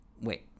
wait